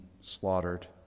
slaughtered